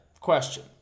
question